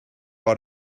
out